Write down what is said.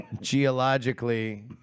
Geologically